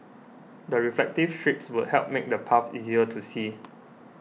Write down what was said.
the reflective strips would help make the paths easier to see